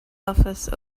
office